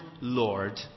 Lord